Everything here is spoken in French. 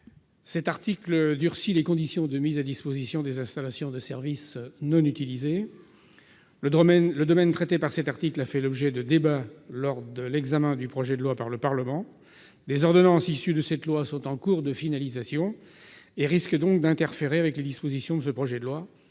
L'article 22 durcit les conditions de mise à disposition des installations de service non utilisées. Le domaine traité par cet article a fait l'objet de débats lors de l'examen du projet de loi pour un nouveau pacte ferroviaire par le Parlement. Les ordonnances autorisées par ce texte sont en cours de finalisation et risquent donc d'interférer avec les dispositions du présent projet de loi